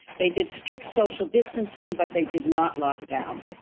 they did strict social distancing but they did not lockdown.